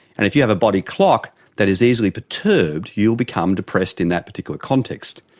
and if you have a body clock that is easily perturbed, you'll become depressed in that particular context.